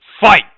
Fight